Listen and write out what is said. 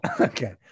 Okay